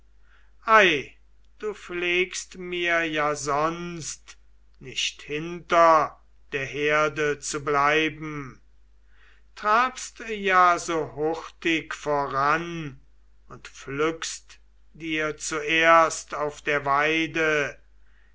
du pflegst mir ja sonst nicht hinter der herde zu bleiben trabst ja so hurtig voran und pflückst dir zuerst auf der weide